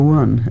one